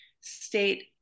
state